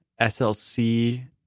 SLC